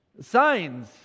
Signs